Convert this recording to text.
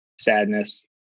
sadness